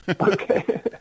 Okay